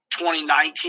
2019